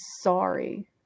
sorry